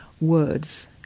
words